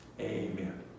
amen